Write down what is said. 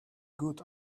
good